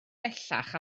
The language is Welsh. bellach